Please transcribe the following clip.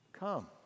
Come